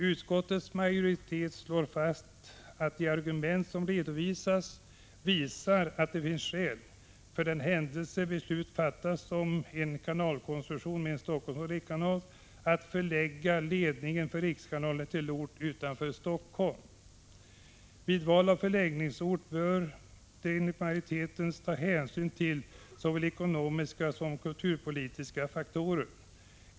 Utskottets majoritet slår fast att de argument som redovisats visar att det finns skäl, för den händelse beslut fattas om en kanalkonstruktion med en Helsingforssoch en rikskanal, att förlägga ledningen för rikskanalen till en ort utanför Helsingfors. Vid val av förläggningsort bör enligt majoriteten hänsyn tas till såväl ekonomiska som kulturpolitiska faktorer.